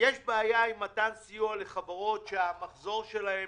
יש בעיה עם מתן סיוע לחברות, שהמחזור שלהן